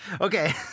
Okay